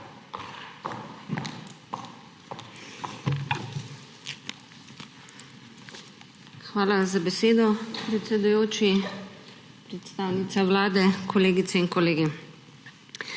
Hvala za besedo, predsedujoči. Predstavnica Vlade, kolegice in kolegi!